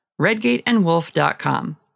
redgateandwolf.com